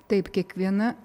taip kiekviena